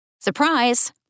Surprise